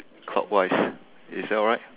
clockwise is that alright